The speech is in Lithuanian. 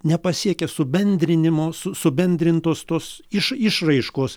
nepasiekia subendrinimo su subendrintos tos iš išraiškos